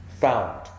found